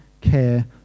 care